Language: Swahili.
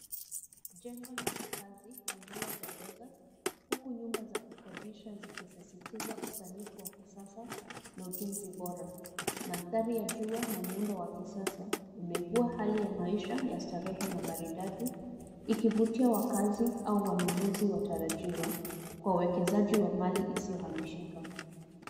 Jengo la makazi linalopendeza, huku nyumba za kukodisha zikisisitiza usanifu wa kisasa na ujenzi bora, mandhari ya jua na muundo wa kisasa unaibua hali ya maisha ya starehe na maridadi ikivutia wakazi au wanunuzi watarajiwa kwa uwekezaji wa mali isiyo hamishika.